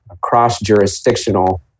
cross-jurisdictional